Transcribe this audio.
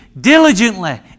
diligently